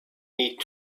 need